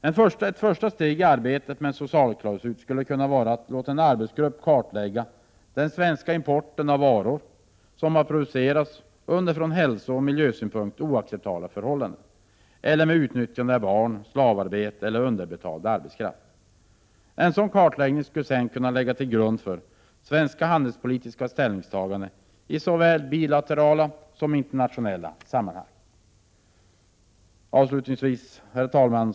Ett första steg i arbetet med en socialklausul skulle kunna vara att låta en arbetsgrupp kartlägga den svenska importen av varor som har producerats under från hälsooch miljösynpunkt oacceptabla förhållanden eller med utnyttjande av barn, slavarbete eller underbetald arbetskraft. En sådan kartläggning kan sedan ligga till grund för svenska handelspolitiska ställningstaganden i såväl bilaterala som internationella sammanhang. Herr talman!